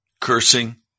cursing